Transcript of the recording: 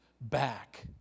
back